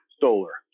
solar